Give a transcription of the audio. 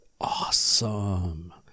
Awesome